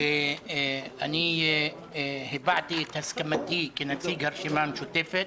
אני הבעתי את הסכמתי, כנציג הרשימה המשותפת,